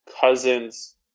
Cousins